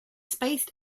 spaced